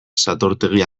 satortegi